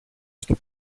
στο